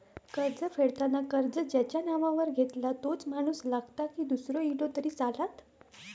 कर्ज फेडताना कर्ज ज्याच्या नावावर घेतला तोच माणूस लागता की दूसरो इलो तरी चलात?